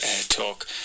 talk